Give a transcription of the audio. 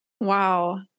Wow